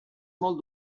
molt